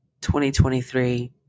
2023